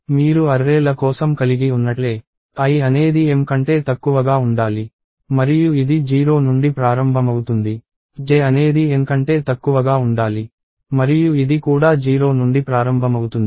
మీరు అర్రే ల కోసం కలిగి ఉన్నట్లే i అనేది m కంటే తక్కువగా ఉండాలి మరియు ఇది 0 నుండి ప్రారంభమవుతుంది j అనేది n కంటే తక్కువగా ఉండాలి మరియు ఇది కూడా 0 నుండి ప్రారంభమవుతుంది